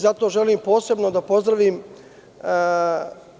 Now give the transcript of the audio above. Zato želim posebno da pozdravim